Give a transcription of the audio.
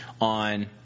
on